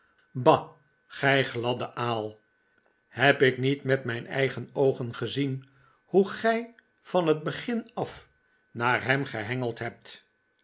gij gladde aal heb ik niet met mijn eigen oogen gezien hoe gij van het begin af naar hem gehengeld hebt